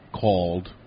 called